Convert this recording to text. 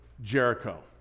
Jericho